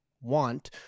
want